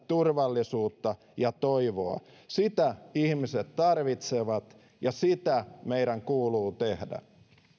turvallisuutta ja toivoa sitä ihmiset tarvitsevat ja sitä meidän kuuluu tehdä